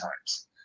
times